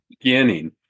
Beginning